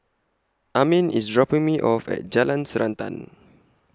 Amin IS dropping Me off At Jalan Srantan